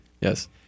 yes